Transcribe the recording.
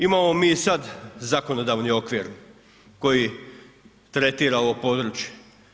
Imamo mi i sad zakonodavni okvir koji tretira ovo područje.